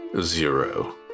zero